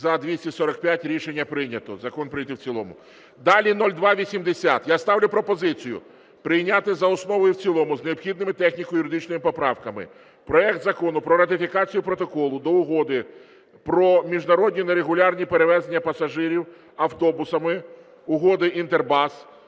За-245 Рішення прийнято. Закон прийнятий в цілому. Далі 0280. Я ставлю пропозицію прийняти за основу і в цілому з необхідними техніко-юридичними поправками проект Закону про ратифікацію Протоколу до Угоди про міжнародні нерегулярні перевезення пасажирів автобусами (Угоди INTERBUS),